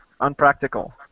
unpractical